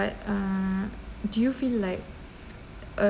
but err do you feel like uh